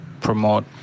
promote